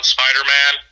Spider-Man